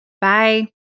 Bye